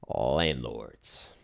landlords